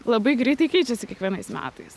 labai greitai keičiasi kiekvienais metais